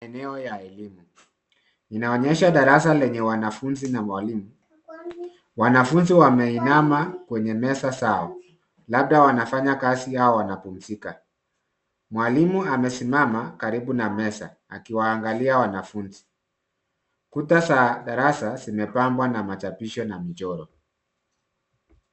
Eneo ya elimu linaonyesha darasa lenye wanafunzi na walimu. Wanafunzi wameinama kwenye meza zao labda wanafanya kazi yao wanapumzika. Mwalimu amesimama karibu na meza akiwaangalia wanafunzi . Kuta za darasa zimepambwa na machapisho na michoro.